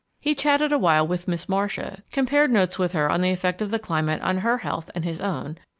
he chatted a while with miss marcia, compared notes with her on the effect of the climate on her health and his own,